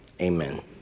Amen